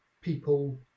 people